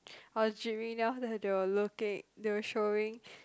I was gyming then after that they were looking they were showing